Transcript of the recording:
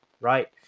right